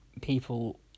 people